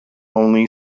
only